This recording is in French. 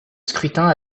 scrutin